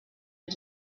and